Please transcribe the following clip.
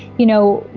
you know,